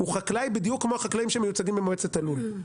הוא חקלאי בדיוק כמו החקלאים שמיוצגים במועצת הלול.